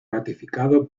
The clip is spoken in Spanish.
ratificado